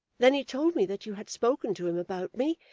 then he told me that you had spoken to him about me,